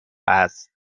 است